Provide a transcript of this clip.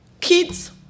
Kids